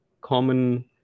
common